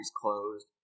closed